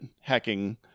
hacking